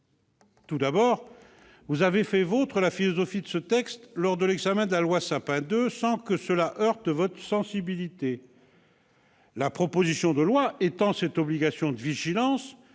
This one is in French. Tout d'abord, vous avez fait vôtre la philosophie de ce texte lors de l'examen de la loi Sapin II, sans que cela heurte votre sensibilité. La proposition de loi étend cette obligation de vigilance,